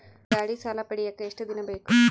ಗಾಡೇ ಸಾಲ ಪಡಿಯಾಕ ಎಷ್ಟು ದಿನ ಬೇಕು?